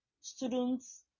students